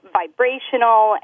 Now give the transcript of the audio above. vibrational